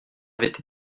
avait